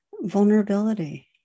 Vulnerability